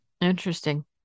Interesting